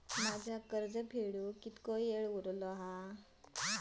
माझा कर्ज फेडुक किती वेळ उरलो हा?